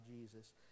Jesus